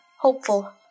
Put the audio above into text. hopeful